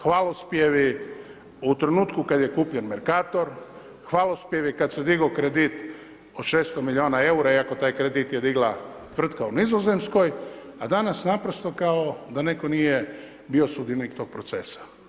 Hvalospjevi u trenutku kad je kupljen Mercator, hvalospjevi kad se digao kredit od 600 miliona eura iako taj kredit je digla tvrtka u Nizozemskoj, a danas naprosto kao da netko nije bio sudionik tog procesa.